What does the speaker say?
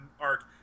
arc